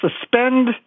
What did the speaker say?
suspend